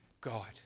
God